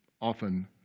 often